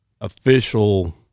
official